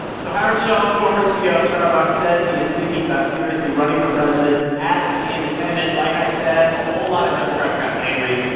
so howard schultz, former ceo of starbucks, says he is thinking about seriously running for president as an independent. like i said, a whole lot of democrats got angry.